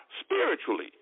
spiritually